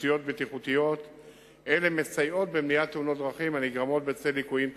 תשתיות אלה מסייעות במניעת תאונות דרכים שנגרמות בצל ליקויים תשתיתיים.